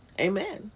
amen